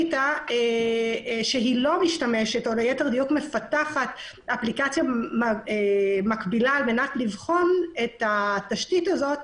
שהחליטה שהיא מפתחת אפליקציה מקבילה על מנת לבחון את התשתית זו